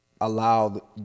allow